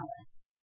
list